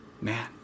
Man